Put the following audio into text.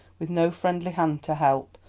with no friendly hand to help,